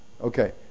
Okay